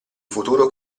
futuro